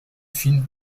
fines